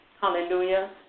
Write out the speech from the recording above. hallelujah